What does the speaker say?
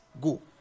go